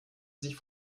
sich